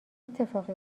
اتفاقی